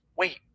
Wait